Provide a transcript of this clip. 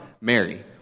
Mary